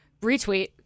Retweet